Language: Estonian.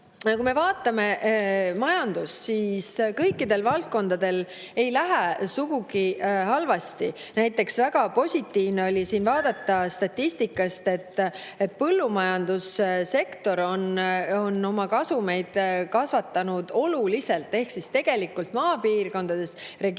kui me vaatame majandust, siis kõikidel valdkondadel ei lähe sugugi halvasti. Näiteks, väga positiivne oli vaadata statistikast, et põllumajandussektor on oma kasumeid oluliselt kasvatanud. Ehk siis tegelikult maapiirkondades, -regioonides